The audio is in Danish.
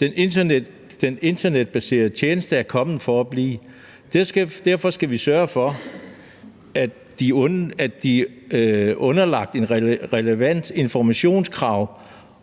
De internetbaserede tjenester er kommet for at blive, og derfor skal vi sørge for, at de er underlagt relevante informationskrav